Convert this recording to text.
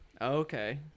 Okay